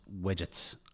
widgets